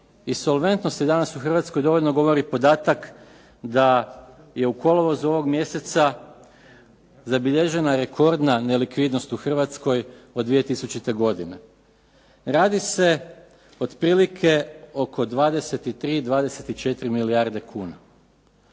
solventnosti danas u Hrvatskoj dovoljno govori podatak da je u kolovozu ovog mjeseca zabilježena rekordna nelikvidnost u Hrvatskoj od 2000. godine. Radi se otprilike oko 23, 24 milijarde kuna